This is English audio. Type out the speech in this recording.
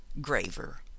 graver